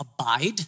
abide